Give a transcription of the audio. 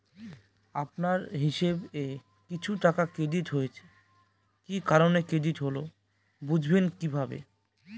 আপনার হিসাব এ কিছু টাকা ক্রেডিট হয়েছে কি কারণে ক্রেডিট হল বুঝবেন কিভাবে?